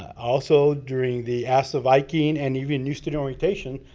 also, during the ask the viking and even new student orientation,